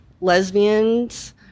lesbians